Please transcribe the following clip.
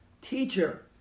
Teacher